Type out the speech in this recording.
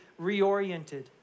reoriented